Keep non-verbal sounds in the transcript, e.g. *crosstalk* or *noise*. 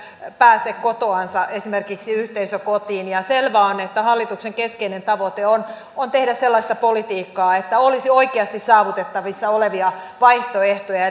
pääse kotoansa esimerkiksi yhteisökotiin selvää on että hallituksen keskeinen tavoite on on tehdä sellaista politiikkaa että olisi oikeasti saavutettavissa olevia vaihtoehtoja *unintelligible*